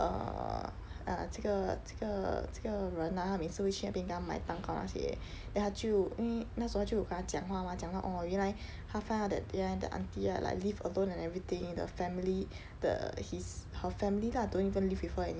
err uh 这个这个这个人 lah 她每次会去那边跟她买蛋糕那些 then 她就因为那时候她就有跟她讲话 mah 讲到 orh 原来她发现这个 aunty right live alone and everything the family the his her family don't even live with her anymore